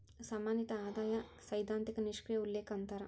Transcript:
ಸಂಬಂಧಿತ ಆದಾಯ ಸೈದ್ಧಾಂತಿಕ ನಿಷ್ಕ್ರಿಯ ಉಲ್ಲೇಖ ಅಂತಾರ